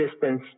distance